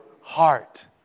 heart